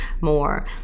more